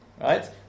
right